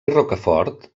rocafort